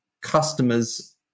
customers